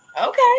Okay